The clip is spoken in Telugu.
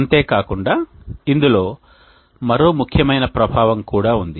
అంతే కాకుండా ఇందులో మరో ముఖ్యమైన ప్రభావం కూడా ఉంది